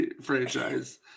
franchise